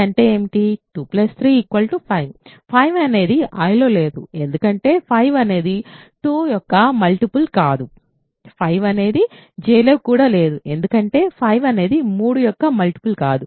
2 3 5 5 అనేది Iలో లేదు ఎందుకంటే 5 అనేది 2 యొక్క మల్టిపుల్ కాదు 5 అనేది Jలో కూడా లేదు ఎందుకంటే 5 అనేది 3 యొక్క మల్టిపుల్ కాదు